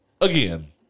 again